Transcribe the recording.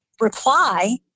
reply